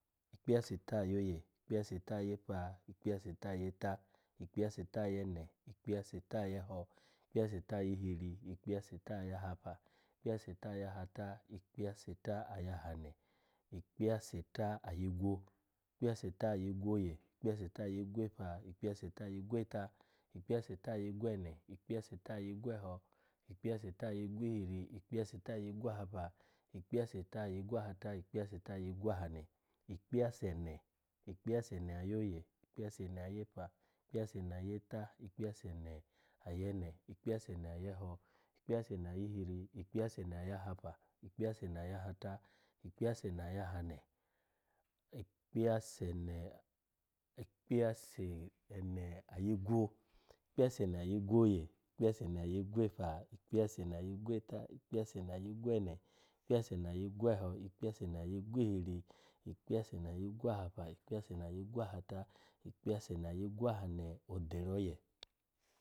Ikpiyaseta-ayoye ikpiyaseta-ayepa ikpiyaseta-ayeta ikpiyaseta-ayene ikpiyaseta-ayeho ikpiyaseta-ayihiri ikpiyaseta-ayahapa ikpiyaseta-ayahata ikpiyaseta-ayahane ikpiyaseta-ayigivo ikpiyaseta-ayigiwoye ikpiyaseta-ayigwepa ikpiyaseta-ayigweta ikpiyaseta-ayigwene ikpiyaseta-ayigweho ikpiyaseta-ayigwihiri ikpiyaseta-ayigwahapa ikpiyaseta-ayigwahata ikpiyaseta-ayigwahane ikpiyaseta-ayigwo ikpiyaseta-ayigwoye ikpiyaseta-ayigwepa ikpiyaseta-ayigweta ikpiyaseta-ayigwene ikpiyaseta-ayigweho ikpiyaseta-ayigwihiri ikpiyaseta-ayigwahapa ikpiyaseta-ayigwahata ikpiyaseta-ayigwahane. ikpiyasene ikpiyasene-ayoye ikpiyasene-ayepa ikpiyasene-ayeta ikpiyasene-ayene ikpiyasene-ayeho ikpiyasene-ayihi ikpiyasene-ayahapa ikpiyasene-ayaharta ikpiyasene-ayahane ikpiyasene ikpiyasene-ayigwo ikpiyasene-ayigwoye ikpiyasene ayigwepa ikpiyasene-ayigweta ikpiyasene-ayigwene ikpiyasene-ayigiveho ikpiyasene-ayigwihiri ikpiyasene-ayigwahapa ikpiyasene ayigwahata ikpiyasene-ayigwahane odori-oye